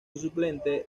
suplente